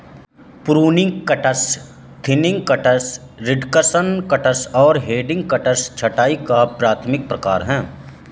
pruning cuts, thinning cuts, reduction cuts और heading cuts छंटाई का प्राथमिक प्रकार हैं